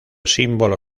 símbolo